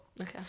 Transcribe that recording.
Okay